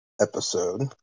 episode